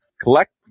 collect